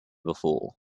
before